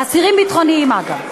לאסירים ביטחוניים, אגב.